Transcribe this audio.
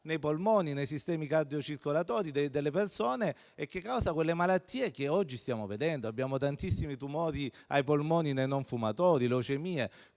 nei polmoni e nei sistemi cardiocircolatori delle persone e causa le malattie che stiamo osservando oggi. Abbiamo tantissimi tumori ai polmoni nei non fumatori e leucemie: